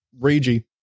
ragey